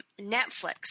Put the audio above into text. Netflix